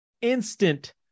instant